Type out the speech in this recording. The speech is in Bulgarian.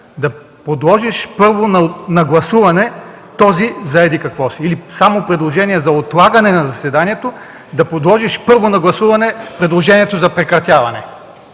да подложиш първо на гласуване това за еди-какво си, или само предложение за отлагане на заседанието – да подложиш първо на гласуване предложението за прекратяване?